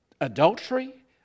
adultery